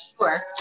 Sure